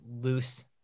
loose